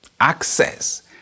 Access